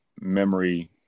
memory